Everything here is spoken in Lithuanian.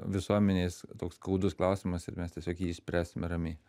visuomenės toks skaudus klausimas ir mes tiesiog jį išspręsime ramiai